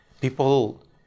people